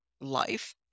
life